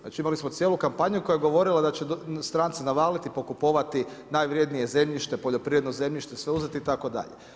Znači imali smo cijelu kampanju koja je govorila da će stranci navaliti, pokupovati, najvrijednije zemljište, poljoprivredno zemljište se uzeti itd.